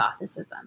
gothicism